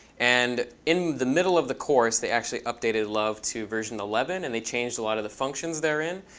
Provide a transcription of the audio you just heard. and in the middle of the course, they actually updated love to version eleven. and they changed a lot of the functions therein.